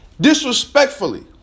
disrespectfully